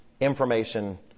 information